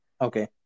okay